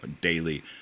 daily